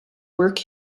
work